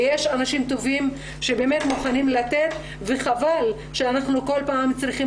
ויש אנשים טובים שבאמת מוכנים לתת וחבל שאנחנו כל פעם צריכים